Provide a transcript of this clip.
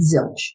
Zilch